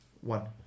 One